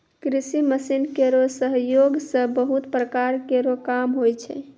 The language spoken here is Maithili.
कृषि मसीन केरो सहयोग सें बहुत प्रकार केरो काम होय छै